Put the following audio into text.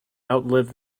outlive